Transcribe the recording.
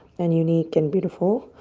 and unique and beautiful.